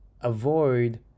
avoid